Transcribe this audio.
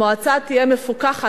המועצה תהיה מפוקחת.